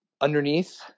underneath